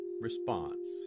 response